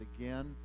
again